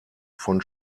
von